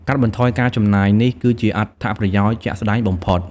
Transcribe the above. កាត់បន្ថយការចំណាយ នេះគឺជាអត្ថប្រយោជន៍ជាក់ស្តែងបំផុត។